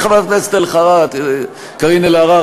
חברת הכנסת קארין אלהרר,